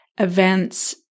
events